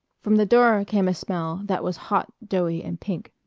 from the door came a smell that was hot, doughy, and pink.